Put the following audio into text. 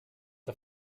the